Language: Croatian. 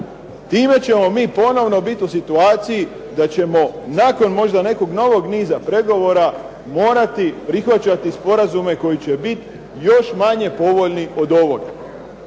Time ćemo mi ponovno biti u situaciji da ćemo nakon možda nekog novog niza pregovora morati prihvaćati sporazume koji će biti još manje povoljni od ovoga.